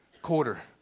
quarter